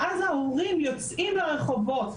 ואז ההורים יוצאים לרחובות,